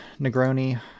Negroni